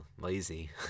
lazy